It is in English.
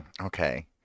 Okay